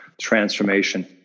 transformation